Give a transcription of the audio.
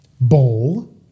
bowl